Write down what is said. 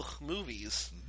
movies